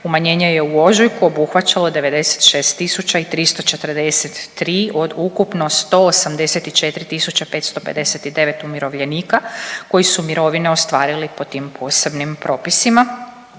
umanjenje je u ožujku obuhvaćalo 96343 od ukupno 184559 umirovljenika koji su mirovine ostvarili po tim posebnim propisima.